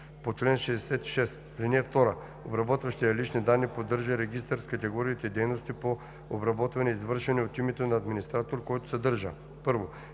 по чл. 66. (2) Обработващият лични данни поддържа регистър с категориите дейности по обработване, извършвани от името на администратор, който съдържа: